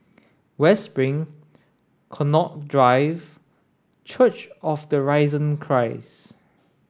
West Spring Connaught Drive and Church of the Risen Christ